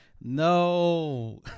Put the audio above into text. no